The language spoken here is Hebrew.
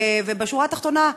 בשורה התחתונה,